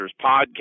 podcast